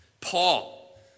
paul